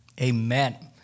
Amen